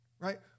Right